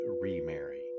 remarry